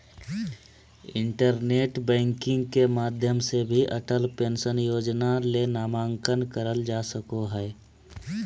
internet banking के माध्यम से भी अटल पेंशन योजना ले नामंकन करल का सको हय